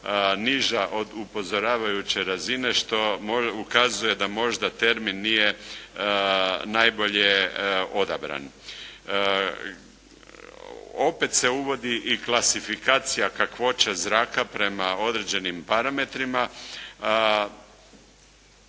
niža od upozoravajuće razine, što ukazuje da možda termin nije najbolje odabran. Opet se uvodi i klasifikacija kakvoće zraka prema određenim parametrima,